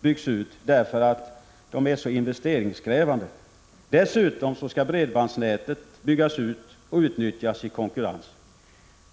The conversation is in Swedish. byggas ut, därför att de är så investeringskrävande. Dessutom skall bredbandsnätet byggas ut och utnyttjas i konkurrens.